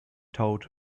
told